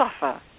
suffer